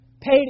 Paid